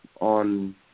on